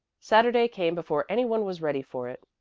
saturday came before any one was ready for it,